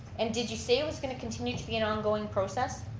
and did you say it was going to continue to be an ongoing process?